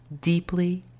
deeply